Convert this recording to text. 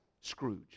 Scrooge